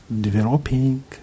developing